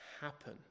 happen